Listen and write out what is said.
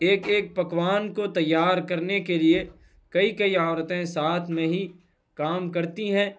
ایک ایک پکوان کو تیار کرنے کے لیے کئی کئی عورتیں ساتھ میں ہی کام کرتی ہیں